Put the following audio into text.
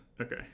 okay